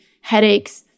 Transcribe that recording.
headaches